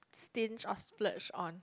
stinge or splurge on